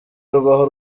rubaho